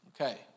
Okay